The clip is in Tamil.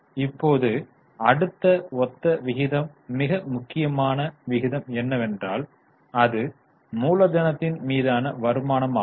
இப்போது அடுத்த ஒத்த விகிதம் மிக முக்கியமான விகிதம் என்னவென்றால் அது மூலதனத்தின் மீதான வருமானமாகும்